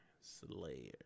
Slayer